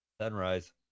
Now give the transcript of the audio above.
Sunrise